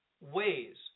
ways